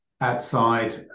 outside